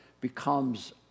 becomes